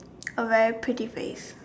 a very pretty face